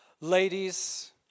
Ladies